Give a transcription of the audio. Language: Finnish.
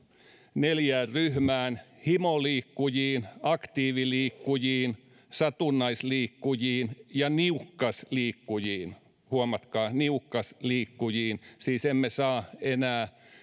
neljään ryhmään himoliikkujiin aktiiviliikkujiin satunnaisliikkujiin ja niukkasliikkujiin huomatkaa niukkasliikkujiin siis emme saa enää